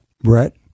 Brett